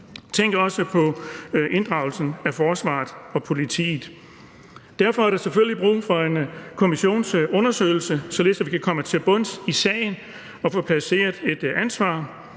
Tænk også på inddragelsen af forsvaret og politiet. Derfor er der selvfølgelig brug for en kommissionsundersøgelse, så vi kan komme til bunds i sagen og få placeret et ansvar.